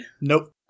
Nope